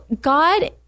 God